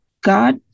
God